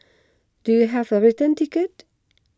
do you have a return ticket